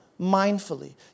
mindfully